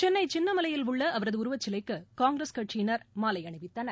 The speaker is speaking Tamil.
சென்னை சின்னமலையில் உள்ள அவரது உருவச்சிலைக்கு காங்கிரஸ் கட்சியினா் மாலை அணிவித்தனர்